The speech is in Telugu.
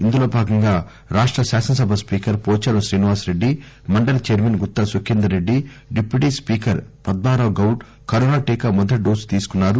ఇందులో భాగంగా రాష్ట శాసనసభ స్పీకర్ పోచారం శ్రీనివాస్రెడ్డి మండలి chairman Gutha Sukhender Reddy deputy speaker Padma Rao Goud corona టీకా మొదటి డోసు తీసుకున్నారు